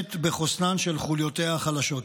נבחנת בחוסנן של חוליותיה החלשות.